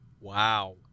Wow